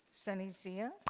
sunny zia?